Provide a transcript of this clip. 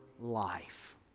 life